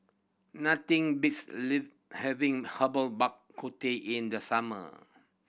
nothing beats having Herbal Bak Ku Teh in the summer